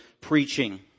preaching